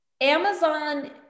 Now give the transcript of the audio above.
Amazon